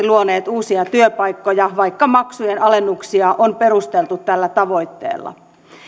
luoneet uusia työpaikkoja vaikka maksujen alennuksia on perusteltu tällä tavoitteella